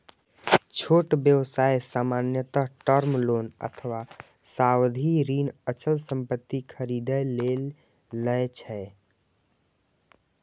छोट व्यवसाय सामान्यतः टर्म लोन अथवा सावधि ऋण अचल संपत्ति खरीदै लेल लए छै